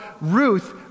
Ruth